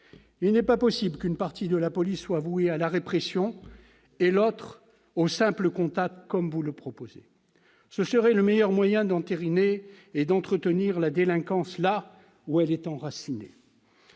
Il n'est pas possible qu'une partie de la police soit vouée à la répression et l'autre au simple contact, comme vous le proposez ; ce serait le meilleur moyen d'entériner et d'entretenir la délinquance là où elle est enracinée.